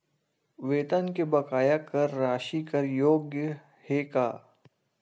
वेतन के बकाया कर राशि कर योग्य हे का?